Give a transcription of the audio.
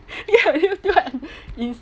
ya is